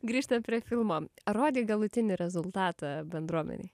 grįžtant prie filmą ar rodei galutinį rezultatą bendruomenei